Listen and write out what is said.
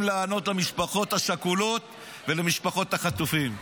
לענות למשפחות השכולות ולמשפחות החטופים.